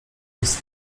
jest